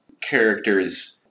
characters